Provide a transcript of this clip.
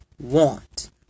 want